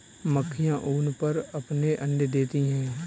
मक्खियाँ ऊन पर अपने अंडे देती हैं